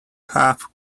half